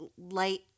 light